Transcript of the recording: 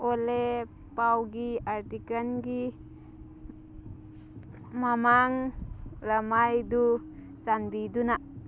ꯑꯣꯂꯦ ꯄꯥꯎꯒꯤ ꯑꯥꯔꯇꯤꯀꯜꯒꯤ ꯃꯃꯥꯡ ꯂꯃꯥꯏꯗꯨ ꯆꯥꯟꯕꯤꯗꯨꯅ